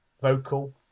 vocal